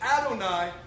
Adonai